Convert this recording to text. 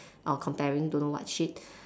or comparing don't know what shit